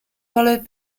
followed